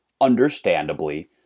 understandably